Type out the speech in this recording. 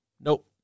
nope